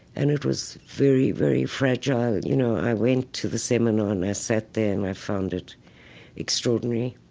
and it was very, very fragile. and you know, i went to the seminar and i sat there and i found it extraordinary.